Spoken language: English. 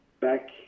back